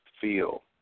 feel